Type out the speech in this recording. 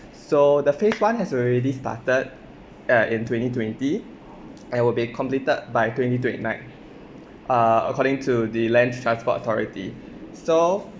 so the phase one has already started err in twenty twenty it will be completed by twenty twenty nine uh according to the land transport authority so